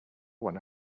won